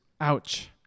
ouch